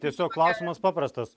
tiesiog klausimas paprastas